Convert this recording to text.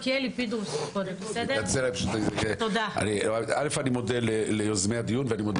קודם כל אני מודה ליוזמי הדיון ואני מודה